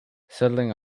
settling